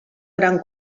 gran